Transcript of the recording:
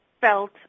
felt